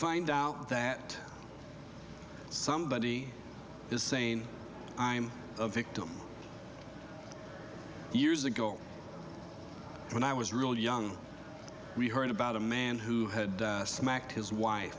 find out that somebody is saying i'm a victim years ago when i was really young we heard about a man who had smacked his wife